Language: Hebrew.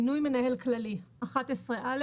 מינוי מנהל כללי 1 (א)